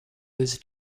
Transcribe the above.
this